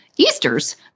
Easter's